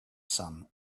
son